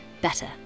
better